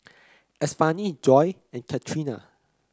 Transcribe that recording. Estefany Joi and Catrina